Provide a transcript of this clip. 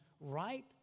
right